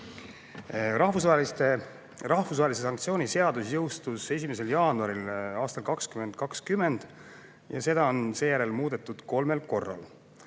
Rahvusvahelise sanktsiooni seadus jõustus 1. jaanuaril aastal 2020 ja seda on seejärel muudetud kolmel korral.